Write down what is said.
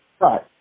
Right